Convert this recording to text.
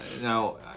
now